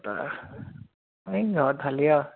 এই ঘৰত ভালেই আৰু